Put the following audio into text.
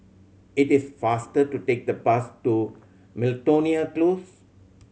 it is faster to take the bus to Miltonia Close